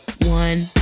one